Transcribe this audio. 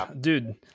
dude